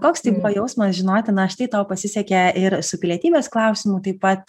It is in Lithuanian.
koks tai buvo jausmas žinoti na štai tau pasisekė ir su pilietybės klausimu taip pat